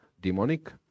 demonic